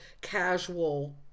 casual